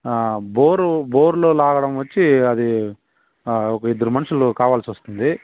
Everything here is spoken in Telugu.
బోరు బోరులో లాగడం వచ్చి అది ఒక ఇద్దరు మనుషులు కావాల్సి వస్తుంది